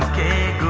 a a